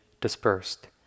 dispersed